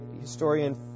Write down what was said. historian